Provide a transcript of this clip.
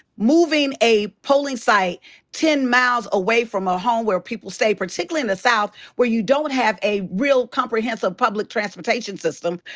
moving a polling site ten miles away from a home where people stay particularly in the south where you don't have a real comprehensive public transportation system,